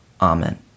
Amen